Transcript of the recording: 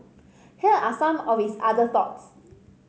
here are some of his other thoughts